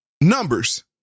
numbers